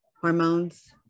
hormones